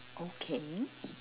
okay